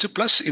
Plus